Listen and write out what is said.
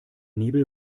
nebel